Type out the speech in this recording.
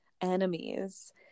enemies